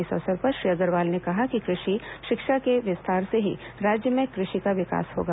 इस अवसर पर श्री अग्रवाल ने कहा कि कृषि शिक्षा के विस्तार से ही राज्य में कृषि का विकास होगा